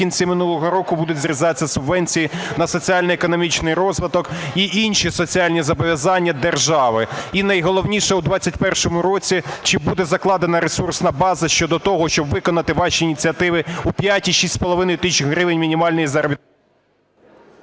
в кінці минулого року, будуть зрізатися субвенції на соціально-економічний розвиток і інші соціальні зобов'язання держави. І, найголовніше, у 21-му році чи буде закладена ресурсна база щодо того, що виконати ваші ініціативи у 5,6 тисяч гривень мінімальної заробітної...